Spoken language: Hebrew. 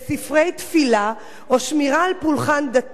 או שמירה על פולחן דתי לחוק העונשין,